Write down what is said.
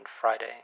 Friday